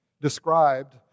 described